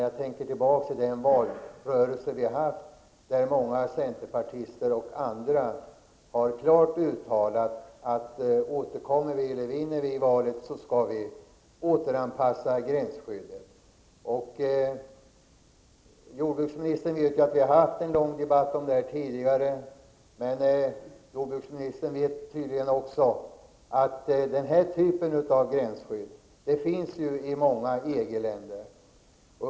Jag tänker tillbaka på valrörelsen, där många centerpartister och andra klart uttalade att de skulle återanpassa gränsskyddet om de vann valet. Jordbruksministern vet ju att vi har fört en lång debatt om detta tidigare, men han vet också att den här typen av gränsskydd finns i många EG-länder.